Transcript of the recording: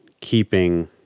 keeping